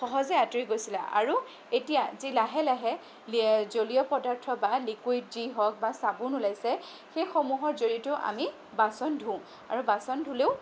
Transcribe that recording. সহজে আঁতৰি গৈছিলে আৰু এতিয়া যি লাহে লাহে এ জলীয় পদাৰ্থ বা লিকুইড যি হওক বা চাবোন ওলাইছে সেইসমূহৰ জৰিয়তেও আমি বাচন ধোওঁ আৰু বাচন ধুলেও